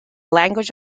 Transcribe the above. language